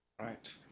Right